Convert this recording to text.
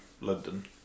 London